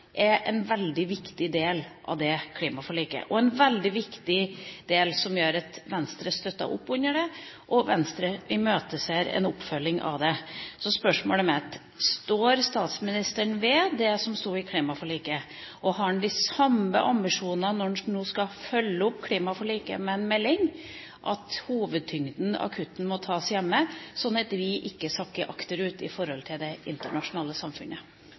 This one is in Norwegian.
er en veldig viktig del av dette klimaforliket, en veldig viktig del som gjør at Venstre støtter opp under det, og Venstre imøteser en oppfølging av det. Spørsmålet mitt er: Står statsministeren ved det som sto i klimaforliket? Og har han de samme ambisjonene når han nå skal følge opp klimaforliket med en melding, at hovedtyngden av kuttene må tas hjemme, slik at vi ikke sakker akterut i forhold til det internasjonale samfunnet?